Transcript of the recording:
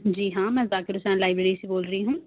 جی ہاں میں ذاکر حُسین لائبریری سے بول رہی ہوں